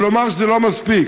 אבל לומר שזה לא מספיק,